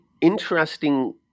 interesting